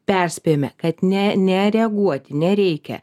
perspėjome kad ne nereaguoti nereikia